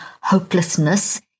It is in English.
hopelessness